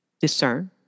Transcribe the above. discern